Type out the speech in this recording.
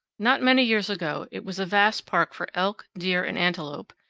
not many years ago it was a vast park for elk, deer, and antelope,